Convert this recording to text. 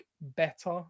better